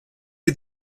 qui